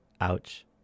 Ouch